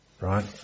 right